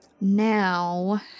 Now